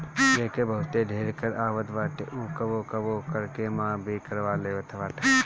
जेकर बहुते ढेर कर आवत बाटे उ कबो कबो कर के माफ़ भी करवा लेवत बाटे